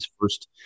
first